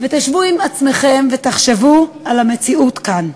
ותשבו עם עצמכם, ותחשבו על המציאות כאן,